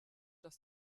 dass